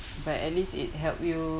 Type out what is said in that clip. but at least it help you